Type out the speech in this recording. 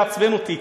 לעצבן אותי,